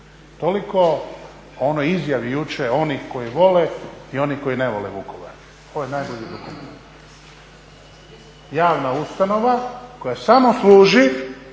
Toliko o onoj izjavi jučer onih koji vole i onih koji ne vole Vukovar. Ovo je najbolji dokument. Javna ustanova koja samo služi